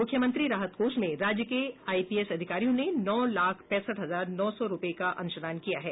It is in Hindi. मुख्यमंत्री राहत कोष में राज्य के आईपीएस अधिकारियों ने नौ लाख पैंसठ हजार नौ सौ रूपये का अंशदान किया है